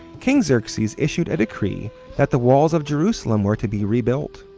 king xerxes issued a decree that the walls of jerusalem were to be rebuilt.